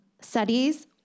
studies